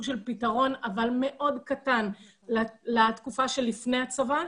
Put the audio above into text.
של פתרון אבל מאוד קטן לתקופה שלפני הצבא,